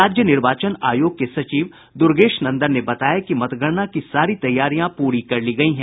राज्य निर्वाचन आयोग के सचिव दुर्गेश नंदन ने बताया कि मतगणना की सारी तैयारियां पूरी कर ली गयी हैं